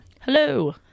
Hello